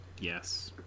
Yes